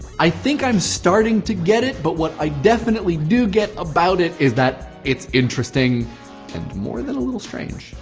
i think i'm starting to get it. but what i definitely do get about it is that it's interesting and more than a little strange.